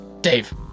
Dave